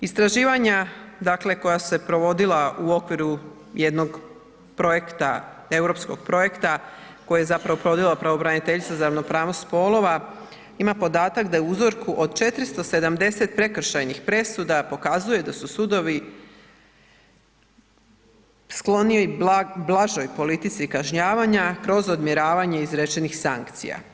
Istraživanja dakle, koja su se provodila u okviru jednog projekta, europskog projekta koji je zapravo provela pravobraniteljica za ravnopravnost spolova ima podatak da je u uzorku od 470 prekršajnih presuda pokazuje da su sudovi skloniji blažoj politici kažnjavanja kroz odmjeravanje izrečenih sankcija.